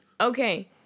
Okay